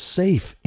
safe